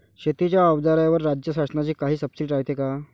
शेतीच्या अवजाराईवर राज्य शासनाची काई सबसीडी रायते का?